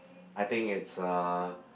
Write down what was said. I think it's uh